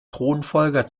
thronfolger